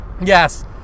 yes